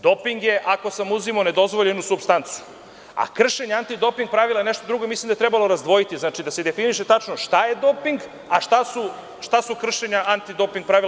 Doping je ako sam uzimao nedozvoljenu supstancu, a kršenje antidoping pravila je nešto drugo i mislim da treba to razdvojiti, da se definiše tačno šta je doping, a šta je kršenje antidoping pravila.